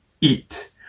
Eat